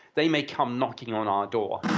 they may come knocking on our door